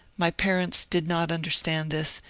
my parents did not understand this,